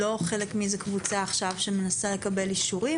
ולא חלק מקבוצה שמנסה לקבל אישורים,